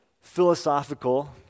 philosophical